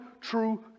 true